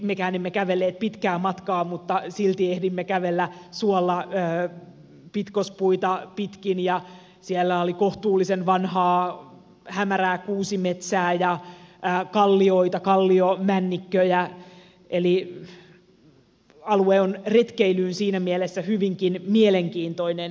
mekään emme kävelleet pitkää matkaa mutta silti ehdimme kävellä suolla pitkospuita pitkin ja siellä oli kohtuullisen vanhaa hämärää kuusimetsää ja kallioita kalliomännikköjä eli alue on retkeilyyn siinä mielessä hyvinkin mielenkiintoinen